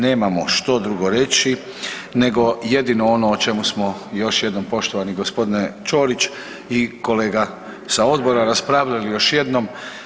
Nemamo što drugo reći, nego jedino ono o čemu smo još jednom poštovani gospodine Ćorić i kolega sa odbora raspravljali još jednom.